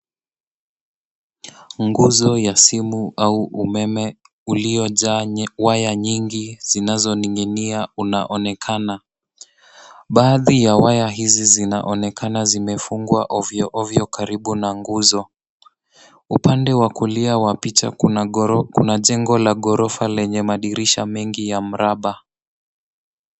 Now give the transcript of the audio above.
Nguzo ya simu au umeme uliojaa waya nyingi zinazoning'inia unaonekana. Baadhi ya waya hizi zinaonekana zimefungwa ovyo, ovyo karibu na nguzo. Upande wa kulia wa picha kuna jengo la gorofa lenye madirisha mengi ya mraba.